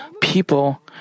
people